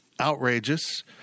outrageous